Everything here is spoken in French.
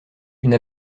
une